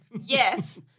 Yes